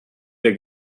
der